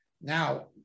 Now